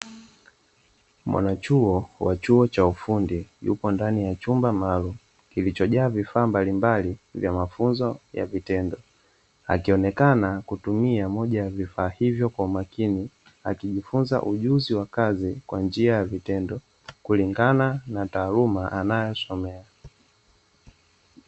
mwanachuo cha chuo cha ufundi yupo ndani ya chumba maalumu kilichojaa vifaa mbalimbali ya mafunzo kwa vitendo, akionekana kutumia moja ya vifaa hivyo kwa umakini akijifunza ujuzi wa kazi kwa njia ya vitendo kulingana na taaluma anayosomea.